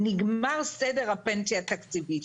נגמר סדר הפנסיה התקציבית,